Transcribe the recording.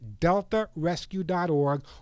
DeltaRescue.org